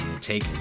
take